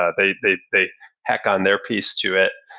ah they they they hack on their piece to it,